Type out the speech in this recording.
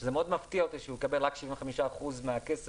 שזה מאוד מפתיע אותי שהוא מקבל רק 75% מהכסף